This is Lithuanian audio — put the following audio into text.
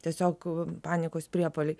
tiesiog panikos priepuoliai